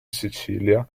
sicilia